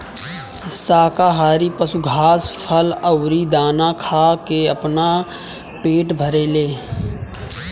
शाकाहारी पशु घास, फल अउरी दाना खा के आपन पेट भरेले